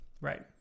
Right